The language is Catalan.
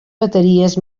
bateries